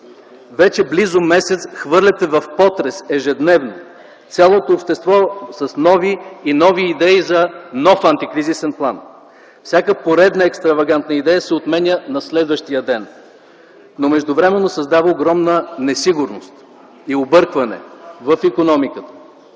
Вече близо месец хвърляте в потрес ежедневно цялото общество с нови и нови идеи за нов антикризисен план. Всяка поредна екстравагантна идея се отменя на следващия ден, но междувременно създава огромна несигурност и объркване в икономиката.